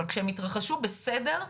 אבל כשהם התרחשו בסדר,